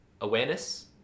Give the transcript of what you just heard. awareness